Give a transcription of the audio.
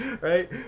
right